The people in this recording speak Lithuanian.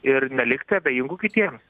ir nelikti abejingu kitiems